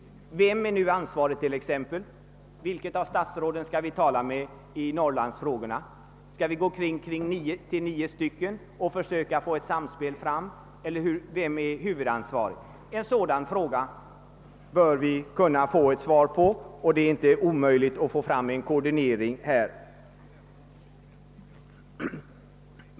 Vilket av statsråden skall vi tala med beträffande norrlandsfrågorna? Skall vi vända oss till nio statsråd och försöka få till stånd ett samspel eller vem är ansvarig? En sådan fråga bör vi kunna få ett svar på, och det är inte omöjligt att åstadkomma en koordinering.